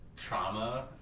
trauma